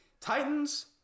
Titans